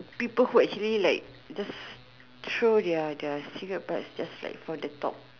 people who actually like just throw their their cigarette bud just like from the top